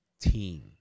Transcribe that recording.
team